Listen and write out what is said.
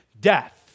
death